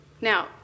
Now